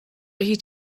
هیچ